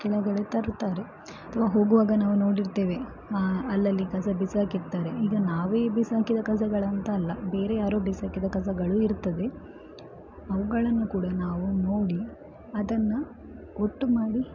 ಕೆಳಗಡೆ ತರುತ್ತಾರೆ ಅಥವಾ ಹೋಗುವಾಗ ನಾವು ನೋಡಿರ್ತೇವೆ ಅಲ್ಲಲ್ಲಿ ಕಸ ಬಿಸಾಕಿರ್ತಾರೆ ಈಗ ನಾವೇ ಬಿಸಾಕಿದ ಕಸಗಳಂತಲ್ಲ ಬೇರೆ ಯಾರೋ ಬಿಸಾಕಿದ ಕಸಗಳೂ ಇರ್ತದೆ ಅವುಗಳನ್ನು ಕೂಡ ನಾವು ನೋಡಿ ಅದನ್ನು ಒಟ್ಟು ಮಾಡಿ